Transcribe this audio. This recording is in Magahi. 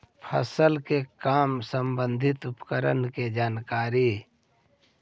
फसल के काम संबंधित उपकरण के जानकारी?